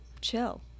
chill